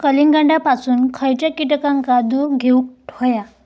कलिंगडापासून खयच्या कीटकांका दूर ठेवूक व्हया?